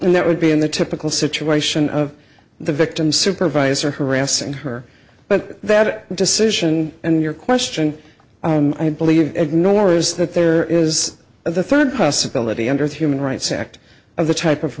and that would be in the typical situation of the victim supervisor harassing her but that decision and your question i believe ignores that there is a third possibility under the human rights act of the type of